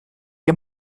ihr